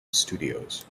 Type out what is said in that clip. studios